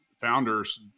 founders